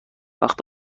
وقت